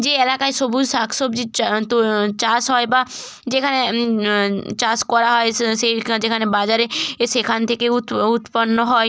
যে এলাকায় সবুজ শাক সবজির তো চাষ হয় বা যেখানে চাষ করা হয় সেই যেখানে বাজারে এ সেখান থেকে উৎপন্ন হয়